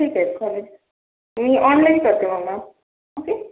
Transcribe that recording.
ठीक आहे चालेल मी ऑनलाईन करते मग मॅम ओके